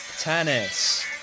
Tennis